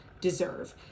deserve